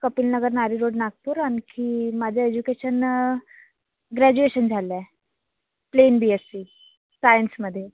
Kapil Nagar Nari road Nagpur आणखी माझं education graduation झालं आहे प्लेन बीएस्सी सायन्समध्ये